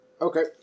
Okay